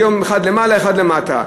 היום אחד למעלה, אחד למטה.